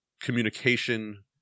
communication